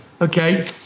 Okay